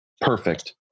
perfect